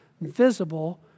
Visible